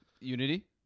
Unity